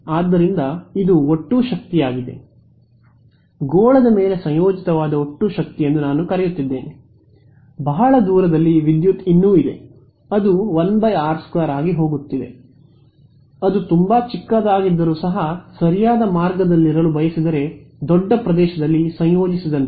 ಆದ್ದರಿಂದ ಇದು ಒಟ್ಟು ಶಕ್ತಿಯಾಗಿದೆ ಗೋಳದ ಮೇಲೆ ಸಂಯೋಜಿತವಾದ ಒಟ್ಟು ಶಕ್ತಿ ಎಂದು ನಾನು ಕರೆಯುತ್ತಿದ್ದೇನೆ ಬಹಳ ದೂರದಲ್ಲಿ ವಿದ್ಯುತ್ ಇನ್ನೂ ಇದೆ ಅದು 1 r 2 ಆಗಿ ಹೋಗುತ್ತಿದೆ ಅದು ತುಂಬಾ ಚಿಕ್ಕದಾಗಿದ್ದರೂ ಸಹ ಸರಿಯಾದ ಮಾರ್ಗದಲ್ಲಿರಲು ಬಯಸಿದರೆ ದೊಡ್ಡ ಪ್ರದೇಶದಲ್ಲಿ ಸಂಯೋಜಿಸಿದಂತೆ